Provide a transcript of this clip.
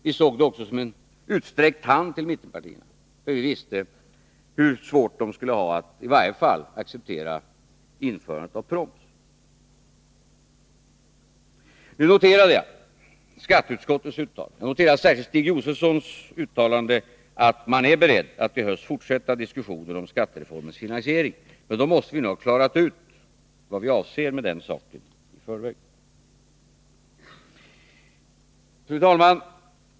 Vi såg det också som en utsträckt hand till mittenpartierna; vi visste hur svårt de skulle ha att acceptera i varje fall införande av proms. Nu noterar jag skatteutskottets uttalande och särskilt Stig Josefsons uttalande att man är beredd att i höst fortsätta diskussionen om skattereformens finansiering. Men då måste vi nog i förväg ha klarat ut vad vi avser med den saken. Fru talman!